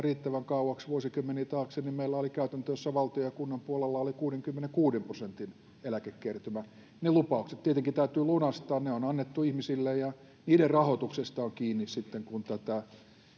riittävän kauaksi vuosikymmenien taakse meillä oli käytäntö jossa valtion ja kunnan puolella oli kuudenkymmenenkuuden prosentin eläkekertymä ne lupaukset tietenkin täytyy lunastaa ne on annettu ihmisille ja niiden rahoituksesta se on kiinni sitten kun